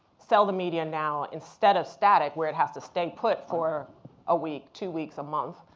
sell the media now instead of static, where it has to stay put for a week, two weeks, a month.